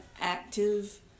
active